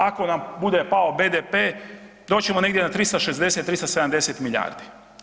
Ako nam bude pao BDP doći ćemo negdje na 360, 370 milijardi.